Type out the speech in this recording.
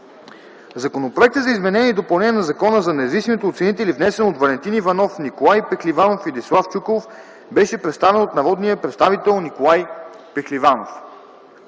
Законопроектът за изменение и допълнение на Закона за независимите оценители, внесен от Валентин Иванов, Николай Пехливанов и Десислав Чуколовq беше представен от народния представител Николай Пехливанов.